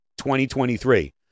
2023